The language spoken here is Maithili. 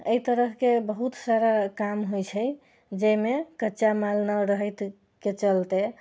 एहि तरहके बहुत सारा काम होइत छै जाहिमे कच्चा माल नहि रहै के चलते